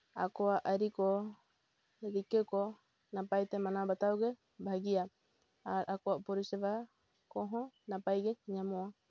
ᱟᱠᱚᱣᱟᱜ ᱟᱹᱨᱤ ᱠᱚ ᱨᱤᱠᱟᱹ ᱠᱚ ᱱᱟᱯᱟᱭ ᱛᱮ ᱢᱟᱱᱟᱣ ᱵᱟᱛᱟᱣ ᱜᱮ ᱵᱷᱟᱹᱜᱤᱭᱟ ᱟᱨ ᱟᱠᱚᱣᱟᱜ ᱯᱚᱨᱤᱥᱮᱵᱟ ᱠᱚᱦᱚᱸ ᱱᱟᱯᱟᱭ ᱜᱮ ᱧᱟᱢᱚᱜᱼᱟ